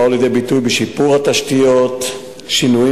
שבאו לידי ביטוי בשיפור התשתיות ובשינויים